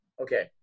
okay